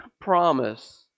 promise